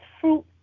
fruit